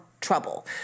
trouble